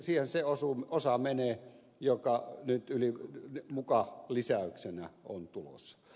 siihen se osa menee joka nyt muka lisäyksenä on tulossa